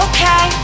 Okay